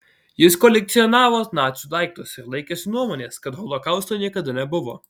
jis kolekcionavo nacių daiktus ir laikėsi nuomonės kad holokausto niekada nebuvo